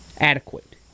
Adequate